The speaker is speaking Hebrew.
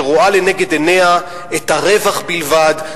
שרואה לנגד עיניה את הרווח בלבד,